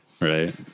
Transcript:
Right